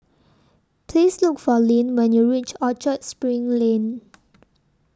Please Look For Lyn when YOU REACH Orchard SPRING Lane